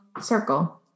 circle